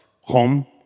home